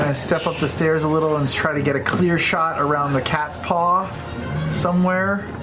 ah step up the stairs a little and try to get a clear shot around the cat's paw somewhere.